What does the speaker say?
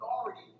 authority